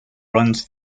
runs